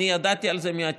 אני ידעתי על זה מהתקשורת,